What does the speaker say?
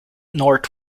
north